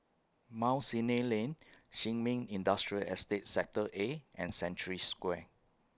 Mount Sinai Lane Sin Ming Industrial Estate Sector A and Century Square